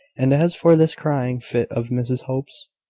and as for this crying fit of mrs hope's,